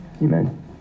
Amen